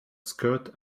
skirt